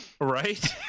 Right